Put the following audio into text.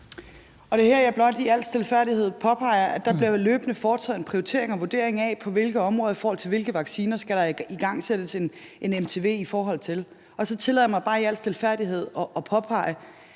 er blot her, jeg lige i al stilfærdighed påpeger, at der løbende bliver foretaget en prioritering og en vurdering af, på hvilke områder og i forhold til hvilke vacciner der skal igangsættes en mtv, og så tillader jeg mig også bare i al stilfærdighed at påpege,